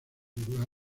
lugar